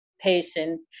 patient